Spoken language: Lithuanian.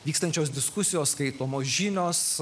vykstančios diskusijos skaitomos žinios